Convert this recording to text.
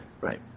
Right